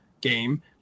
game